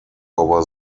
over